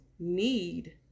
need